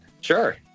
Sure